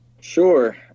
Sure